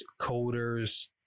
coders